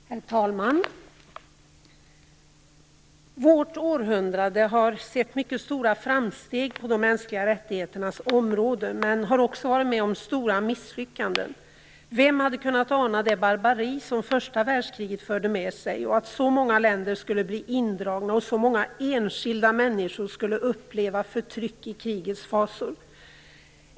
Herr talman! Vårt århundrade har sett mycket stora framsteg på de mänskliga rättigheternas område men har också varit med om stora misslyckanden. Vem hade kunnat ana det barbari som första världskriget förde med sig och att så många länder skulle bli indragna och så många enskilda människor skulle uppleva förtryck i krigets fasor?